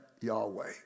Yahweh